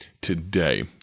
today